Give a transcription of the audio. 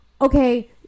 okay